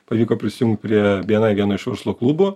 pavyko prisijungt prie vienai vieno iš verslo klubų